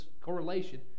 correlation